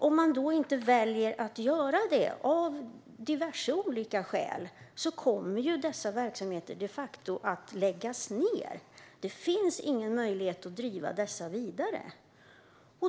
Om man av diverse olika skäl väljer att inte göra det kommer dessa verksamheter de facto att läggas ned. Det finns ingen möjlighet att driva dem vidare.